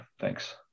thanks